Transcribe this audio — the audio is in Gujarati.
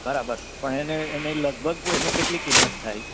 બરાબર પણ એની એની લગભગ એની કેટલી કિમત થાય